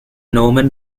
norman